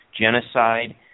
genocide